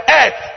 earth